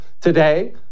today